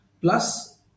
Plus